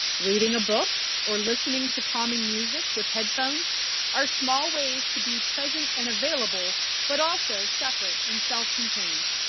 reading a book or listening to calming music with headphones are small ways to be present and available but also separate and self-contained.